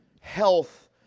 health